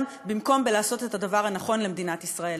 במקום לעשות את הדבר הנכון למדינת ישראל.